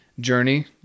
journey